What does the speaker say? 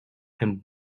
him